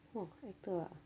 !wah! actor ah